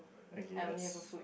okay that's